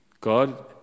God